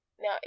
Now